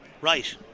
Right